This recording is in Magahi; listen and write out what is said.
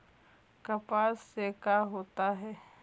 कपास से का होता है?